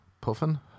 Puffin